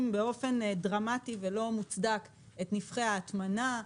באופן דרמטי ולא מוצדק את נפחי ההטמנה,